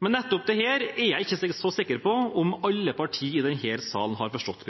Men nettopp dette er jeg ikke så sikker på om alle partier i denne salen har forstått.